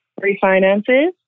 refinances